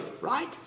right